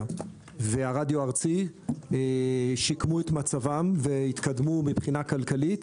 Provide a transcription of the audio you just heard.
והרדיו הארצי שיקמו את מצבם והתקדמו מבחינה כלכלית,